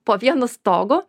po vienu stogu